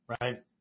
right